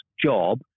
job